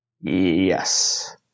Yes